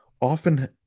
often